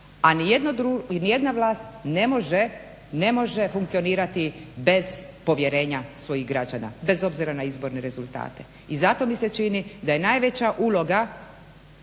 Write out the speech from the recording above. A nijedna vlast ne može funkcionirati bez povjerenja svojih građana, bez obzira na izborne rezultate. I zato mi se čini da je najveća uloga